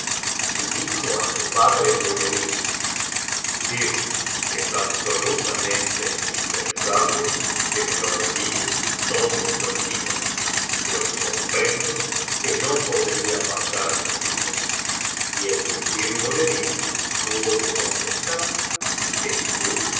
y dijo á su padre nureddin visir es absolutamente indispensable que me lo envíes todos los días pues comprendo que no podría pasarme sin él y el visir nureddin tuvo que contestar escucho y